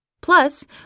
Plus